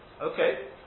Okay